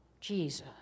Jesus